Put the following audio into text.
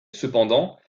cependant